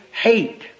hate